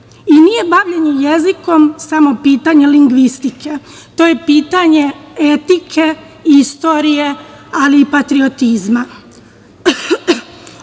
krilo. Nije bavljenje jezikom samo pitanje lingvistike, to je pitanje etike, istorije, ali i patriotizma,